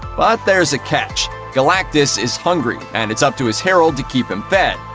but there's a catch galactus is hungry, and it's up to his herald to keep him fed.